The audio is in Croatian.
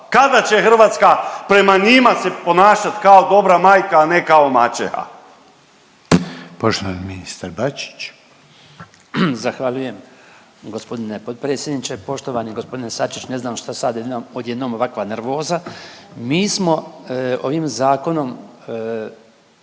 Kada će Hrvatska prema njima se ponašati kao dobra majka, a ne kao maćeha. **Reiner, Željko (HDZ)** Poštovani ministar Bačić. **Bačić, Branko (HDZ)** Zahvaljujem gospodine potpredsjedniče. Poštovani gospodine Sačić ne znam šta sad odjednom ovakva nervoza. Mi smo ovim zakonom,